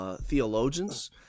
theologians